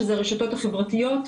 שזה ברשתות החברתיות.